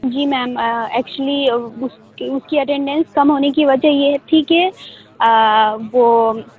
جی ma'am actually اس کی اس کی اٹینڈینس کم ہونے کی وجہ یہ تھی کہ وہ